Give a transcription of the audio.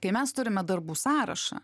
kai mes turime darbų sąrašą